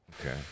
Okay